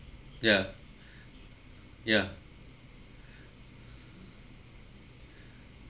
ya ya